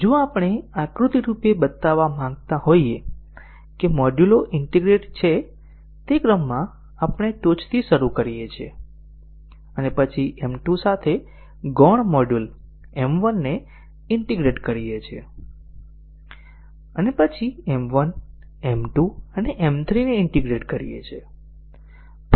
જો આપણે આકૃતિરૂપે બતાવવા માંગતા હોઈએ કે મોડ્યુલો ઈન્ટીગ્રેટ છે તે ક્રમમાં આપણે ટોચથી શરૂ કરીએ છીએ અને પછી M 2 સાથે ગૌણ મોડ્યુલ M 1 ને ઈન્ટીગ્રેટ કરીએ છીએ અને પછી M 1 M 2 અને M 3 ને ઈન્ટીગ્રેટ કરીએ છીએ